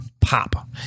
pop